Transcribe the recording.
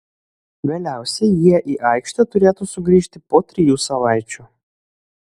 vėliausiai jie į aikštę turėtų sugrįžti po trijų savaičių